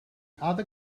other